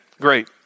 great